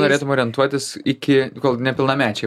norėtum orientuotis iki kol nepilnamečiai